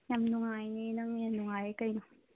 ꯌꯥꯝ ꯅꯨꯡꯉꯥꯏꯌꯦ ꯅꯪꯅ ꯍꯦꯟꯅ ꯅꯨꯡꯉꯥꯏꯔꯦ ꯀꯩꯅꯣ